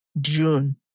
June